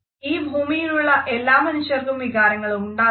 ഈ ഭൂമിയിലുള്ള എല്ലാ മനുഷ്യർക്കും വികാരങ്ങൾ ഉണ്ടാകുന്നുണ്ട്